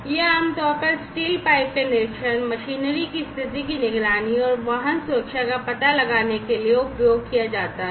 ये आमतौर पर स्टील पाइप के निरीक्षण मशीनरी की स्थिति की निगरानी और वाहन सुरक्षा का पता लगाने के लिए उपयोग किया जाता है